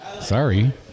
Sorry